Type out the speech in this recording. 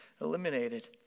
eliminated